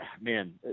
man